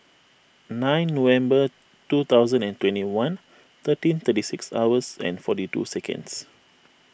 nine November two thousand and twenty one thirteen thirty six hours and forty two seconds